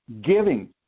Giving